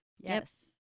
Yes